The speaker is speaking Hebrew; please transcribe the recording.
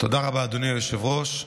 תודה רבה, אדוני היושב-ראש.